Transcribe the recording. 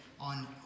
on